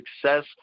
success